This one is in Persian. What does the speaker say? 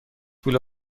پول